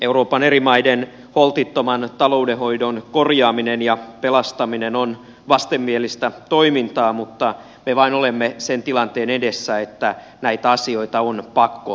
euroopan eri maiden holtittoman taloudenhoidon korjaaminen ja pelastaminen on vastenmielistä toimintaa mutta me vain olemme sen tilanteen edessä että näitä asioita on pakko laittaa kuntoon